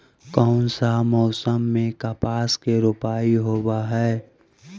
कोन सा मोसम मे कपास के रोपाई होबहय?